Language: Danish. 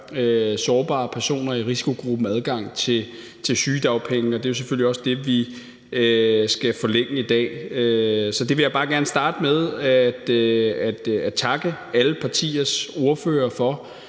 sårbare personer i risikogruppen adgang til sygedagpenge. Det er jo selvfølgelig også det, vi skal forlænge i dag. Så jeg vil bare gerne starte med at takke alle partiers ordførere for